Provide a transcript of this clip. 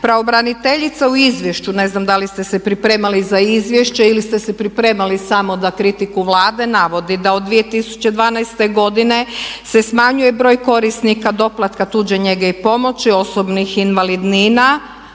Pravobraniteljica u izvješću, ne znam da li ste se pripremali za izvješće ili ste se pripremali samo da kritiku Vlade navodi da od 2012. godine se smanjuje broj korisnika tuđe njege i pomoći, osobnih invalidnina